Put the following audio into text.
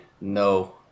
no